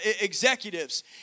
executives